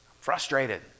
frustrated